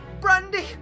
Brandy